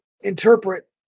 interpret